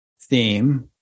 theme